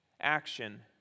action